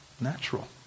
natural